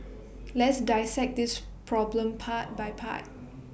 let's dissect this problem part by part